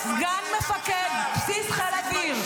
כולם הגיעו.